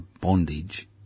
bondage